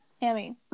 hammy